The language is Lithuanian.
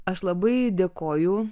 aš labai dėkoju